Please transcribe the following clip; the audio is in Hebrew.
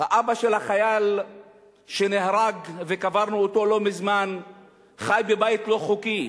האבא של החייל שנהרג וקברנו אותו לא מזמן חי בבית לא-חוקי,